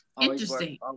Interesting